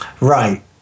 Right